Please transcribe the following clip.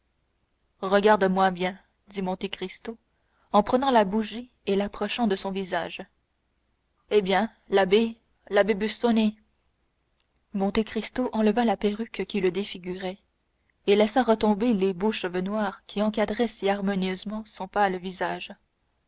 regarde-moi bien dit monte cristo en prenant la bougie et l'approchant de son visage eh bien l'abbé l'abbé busoni monte cristo enleva la perruque qui le défigurait et laissa retomber les beaux cheveux noirs qui encadraient si harmonieusement son pâle visage